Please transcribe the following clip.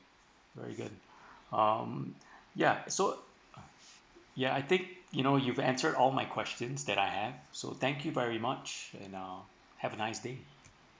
very good um ya so ya I think you know you answer all my questions that I have so thank you very much and uh have a nice day